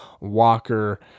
walker